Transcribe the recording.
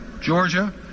Georgia